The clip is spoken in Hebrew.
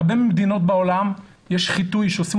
בהרבה מדינות בעולם יש חיטוי שעושים